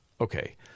Okay